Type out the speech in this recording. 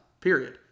period